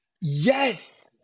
Yes